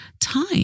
time